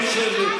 נא לשבת.